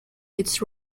its